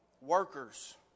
workers